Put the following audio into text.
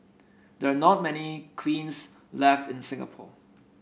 there are not many kilns left in Singapore